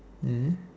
mmhmm